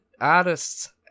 artists